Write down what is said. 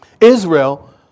Israel